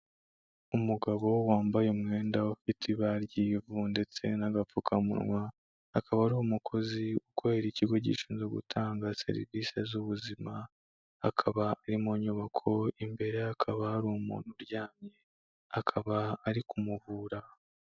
Umugabo wambaye umwenda, ufite ibara ry'ivu ndetse n'agapfukamunwa, akaba ari umukozi ukorera ikigo gishinzwe gutanga serivisi z'ubuzima, akaba ari mu nyubako imbere hakaba hari umuntu uryamye akaba ari kumuvura.